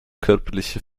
körperliche